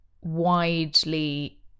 widely